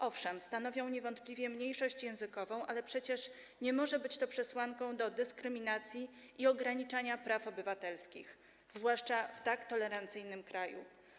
Owszem, niewątpliwie stanowią mniejszość językową, ale przecież nie może być to przesłanką dyskryminacji, ograniczania praw obywatelskich, zwłaszcza w tak tolerancyjnym kraju.